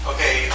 Okay